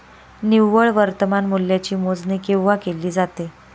निव्वळ वर्तमान मूल्याची मोजणी केव्हा केली जाते?